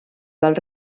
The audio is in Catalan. del